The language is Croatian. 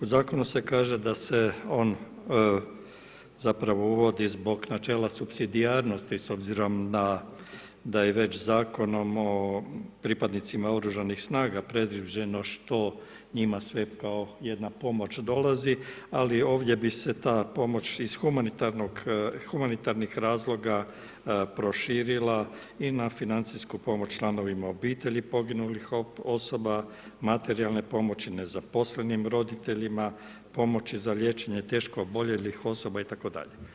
U Zakonu se kaže da se on zapravo uvodi zbog načela supsidijarnosti s obzirom da je već Zakonom o pripadnicima OS predviđeno što njima sve kao jedna pomoć dolazi, ali ovdje bi se ta pomoć iz humanitarnih razloga proširila i na financijsku pomoć članovima obitelji poginulih osoba, materijalne pomoći nezaposlenim roditeljima, pomoći za liječenje teško oboljelih osoba itd.